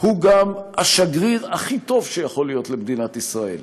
הוא גם השגריר הכי טוב שיכול להיות למדינת ישראל.